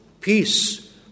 peace